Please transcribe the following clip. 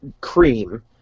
cream